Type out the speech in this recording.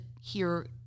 hear